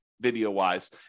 video-wise